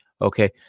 Okay